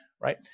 right